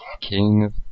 king